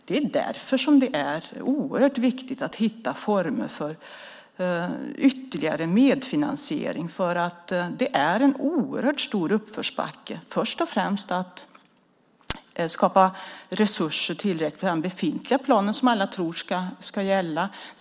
Det är därför som det är oerhört viktigt att hitta former för ytterligare medfinansiering. Det är en brant uppförsbacke, först och främst vad gäller att skapa tillräckliga resurser för den befintliga plan som alla tror ska gälla.